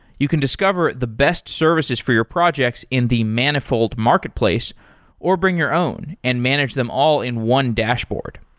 you can discover the best services for your projects in the manifold marketplace or bring your own and manage them all in one dashboard.